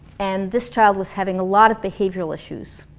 and this child was having a lot of behavioral issues.